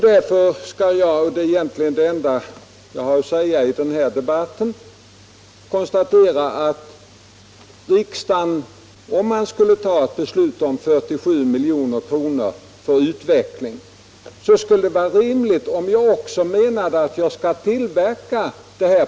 Det enda jag egentligen har att säga i den här debatten är att om riksdagen skulle fatta beslut om 47 milj.kr. för utveckling måste man rimligen också mena att planet skall tillverkas.